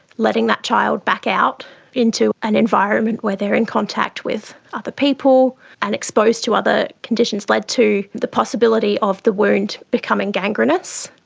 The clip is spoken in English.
letting that child back out into an environment where they are in contact with other people and exposed to other conditions led to the possibility of the wound becoming gangrenous,